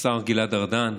השר גלעד ארדן,